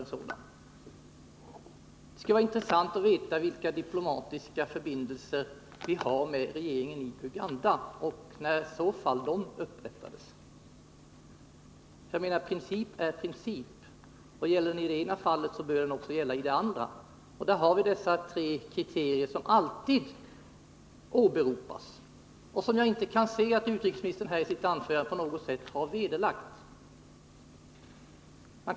Det skulle vara intressant att få veta vilka diplomatiska förbindelser vi har med regeringen i Uganda och när i så fall de upprättades. Jag menar att princip är princip. Den princip som gäller i det ena fallet bör också gälla i det andra. Och där har vi dessa tre kriterier som alltid åberopas. Jag kan inte se att utrikesministern i sitt anförande på något sätt har vederlagt att de kriterierna föreligger när det gäller Kampuchea.